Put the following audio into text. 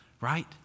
Right